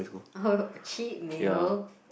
oh cheap meal